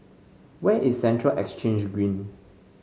where is Central Exchange Green